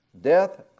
Death